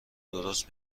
درست